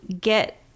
get